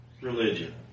religion